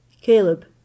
Caleb